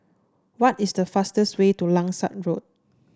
what is the fastest way to Langsat Road